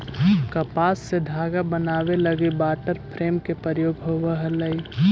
कपास से धागा बनावे लगी वाटर फ्रेम के प्रयोग होवऽ हलई